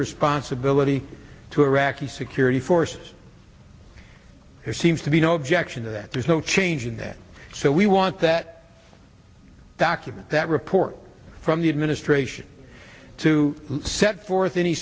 responsibility to iraqi security forces there seems to be no objection to that there's no change in that so we want that document that report from the administration to set forth any